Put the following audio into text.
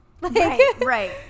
Right